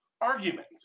argument